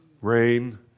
rain